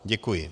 Děkuji.